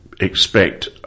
expect